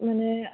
મને